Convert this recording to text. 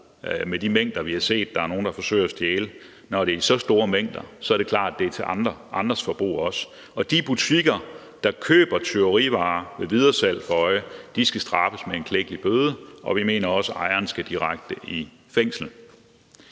med de mængder, vi har set nogen har forsøgt at stjæle, for når det er i så store mængder, er det klart, at det er til andres forbrug også, og de butikker, der køber tyverivarer med videresalg for øje, skal straffes med en klækkelig bøde, og vi mener også, at ejeren skal direkte i fængsel.